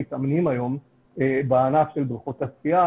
מיליון מתאמנים היום בענף בריכות השחייה,